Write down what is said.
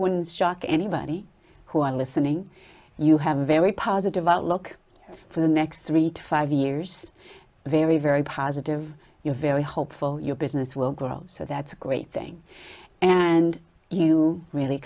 wouldn't shock anybody who are listening you have a very positive outlook for the next three to five years very very positive you're very hopeful your business will grow so that's a great thing and you really